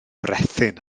brethyn